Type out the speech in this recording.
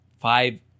five